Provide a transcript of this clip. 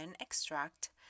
extract